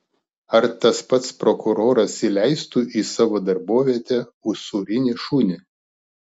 ar tas pats prokuroras įleistų į savo darbovietę usūrinį šunį